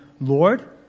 Lord